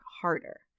harder